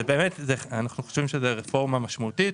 ובאמת אנחנו חושבים שזה רפורמה משמעותית